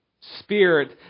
spirit